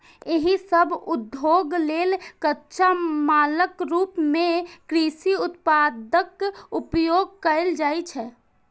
एहि सभ उद्योग लेल कच्चा मालक रूप मे कृषि उत्पादक उपयोग कैल जाइ छै